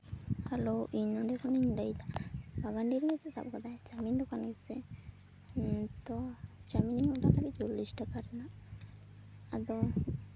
hello ᱤᱧ ᱱᱚᱰᱮ ᱠᱷᱚᱱᱤᱧ ᱞᱟᱹᱭᱫᱟ ᱵᱟᱜᱟᱱᱰᱤ ᱨᱮᱜᱮᱥᱮ ᱥᱟᱵ ᱠᱟᱫᱟᱭ ᱟᱪᱪᱷᱟ ᱜᱮᱭᱟᱭ ᱥᱮᱜ ᱛᱚ ᱪᱟᱣᱢᱤᱱ ᱤᱧ ᱚᱰᱟᱨ ᱞᱟᱹᱜᱤᱫ ᱪᱚᱞᱞᱤᱥ ᱴᱟᱠᱟ ᱨᱮᱱᱟᱜ ᱟᱫᱚ